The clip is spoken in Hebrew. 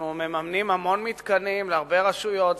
אנחנו מממנים המון מתקנים להרבה רשויות,